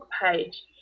page